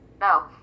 No